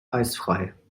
eisfrei